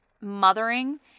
mothering